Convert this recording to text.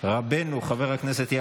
חברי הכנסת,